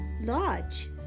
Lodge